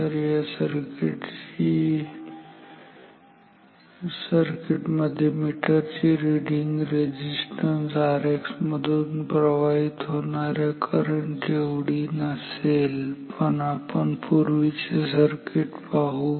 तर या सर्किट मध्ये मीटरची रिडींग या रेझिस्टन्स Rx मधून प्रवाहित होणाऱ्या करंट एवढी नसेल पण आपण पूर्वीचे सर्किट पाहू